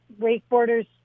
wakeboarders